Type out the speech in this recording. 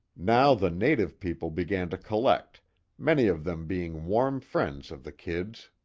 now the native people began to collect many of them being warm friends of the kid's.